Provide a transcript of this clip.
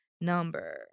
number